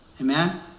Amen